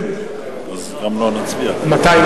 מתי,